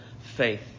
faith